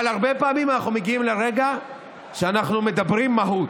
אבל הרבה פעמים אנחנו מגיעים לרגע שאנחנו מדברים מהות.